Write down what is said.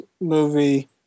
movie